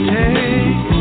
take